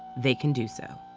they can do so.